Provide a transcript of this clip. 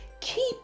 keep